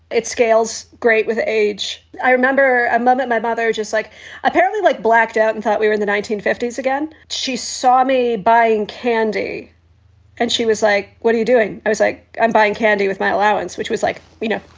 it scales great with age. i remember a moment my mother just like apparently like blacked out and thought we were in the nineteen fifty s again. she saw me buying candy and she was like, what are you doing? i was like, i'm buying candy with my allowance, which was like, you know,